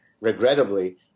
regrettably